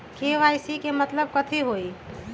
KYC के मतलब कथी होई?